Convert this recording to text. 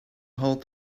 hold